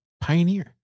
pioneer